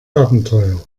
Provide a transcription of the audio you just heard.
abenteuer